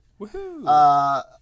Woohoo